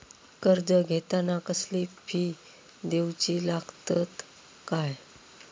कर्ज घेताना कसले फी दिऊचे लागतत काय?